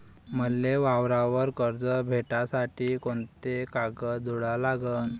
मले वावरावर कर्ज भेटासाठी कोंते कागद जोडा लागन?